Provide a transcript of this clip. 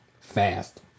Fast